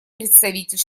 представитель